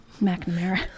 McNamara